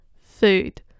food